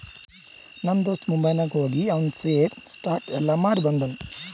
ನಮ್ ದೋಸ್ತ ಮುಂಬೈನಾಗ್ ಹೋಗಿ ಆವಂದ್ ಶೇರ್, ಸ್ಟಾಕ್ಸ್ ಎಲ್ಲಾ ಮಾರಿ ಬಂದುನ್